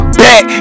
back